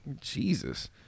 Jesus